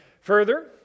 Further